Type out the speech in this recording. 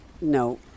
No